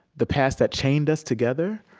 the past that chained us together.